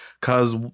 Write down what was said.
cause